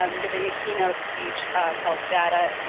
um giving a keynote speech called data, ah